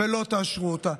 ולא תאשרו אותה.